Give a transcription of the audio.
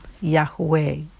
Yahweh